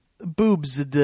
boobs